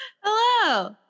Hello